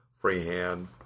freehand